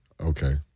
Okay